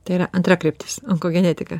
tai yra antra kryptis onkogenetika